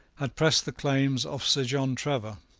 had pressed the claims of sir john trevor.